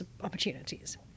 opportunities